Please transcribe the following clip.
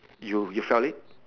you you fell it